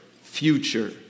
future